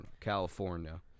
California